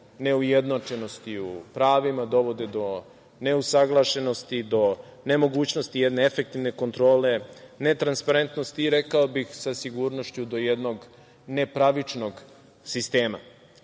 neujednačenosti u pravima, dovode do neusaglašenosti, do nemogućnosti jedne efektivne kontrole, ne transparentnosti, rekao bih sa sigurnošću do jednog ne pravičnog sistema.